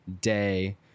day